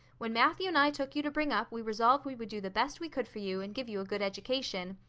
when matthew and i took you to bring up we resolved we would do the best we could for you and give you a good education.